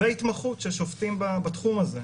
והתמחות של שופטים בתחום הזה.